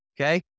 Okay